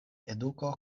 eduko